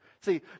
See